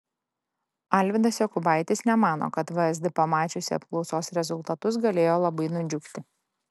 alvydas jokubaitis nemano kad vsd pamačiusi apklausos rezultatus galėjo labai nudžiugti